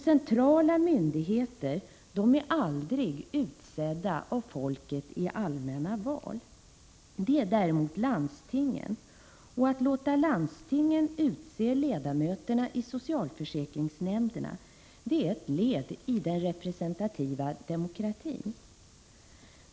Centrala myndigheter är aldrig utsedda av folket i allmänna val. Det är däremot landstingen, och att låta landstingen utse ledamöterna i socialförsäkringsnämnderna är ett led i den representativa demokratin.